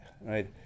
right